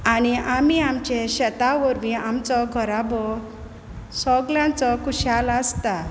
आनी आमी आमचे शेता वोरवीं आमचो घोराबो सोगल्यांचो खुशाल आसता